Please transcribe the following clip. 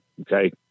okay